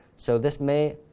so this may